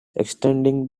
extending